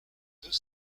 deux